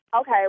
Okay